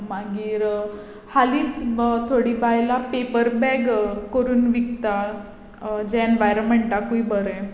मागीर हालींच थोडीं बायलां पेपर बॅग करून विकता जें एनवायरंटमेंटाकूय बरें